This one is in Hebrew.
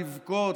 לִבְכּוֹת,